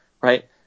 right